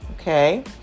okay